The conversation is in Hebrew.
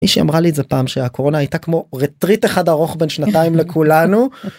מישהי אמרה לי את זה פעם שהקורונה הייתה כמו רטריט אחד ארוך בין שנתיים לכולנו.